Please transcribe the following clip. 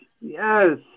yes